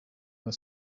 that